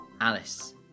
Alice